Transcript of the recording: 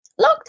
lockdown